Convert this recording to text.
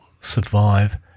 survive